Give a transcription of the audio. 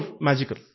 magical